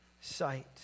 sight